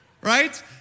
Right